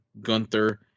Gunther